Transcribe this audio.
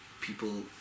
people